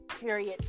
Period